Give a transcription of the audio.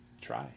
try